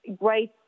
great